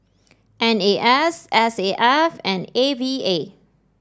N A S S A F and A V A